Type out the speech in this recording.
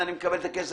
ואני מקבל את הכסף,